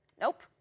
Nope